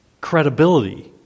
credibility